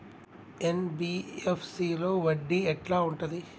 NBFC లో వడ్డీ ఎట్లా ఉంటది?